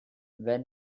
when